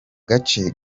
gace